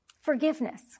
forgiveness